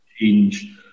change